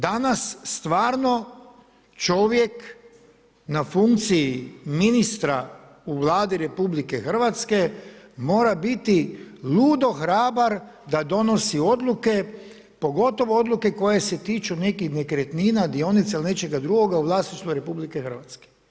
Danas stvarno čovjek na funkciji ministra u Vladi RH mora biti ludo hrabar da donosi odluke, pogotovo odluke koje se tiču nekih nekretnina, dionica ili nečega drugoga u vlasništvu RH.